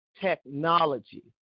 technology